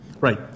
Right